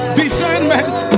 discernment